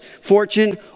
fortune